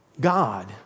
God